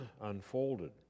unfolded